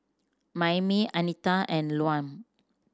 Mayme Anita and Lum